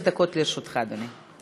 עשר דקות לרשותך, אדוני.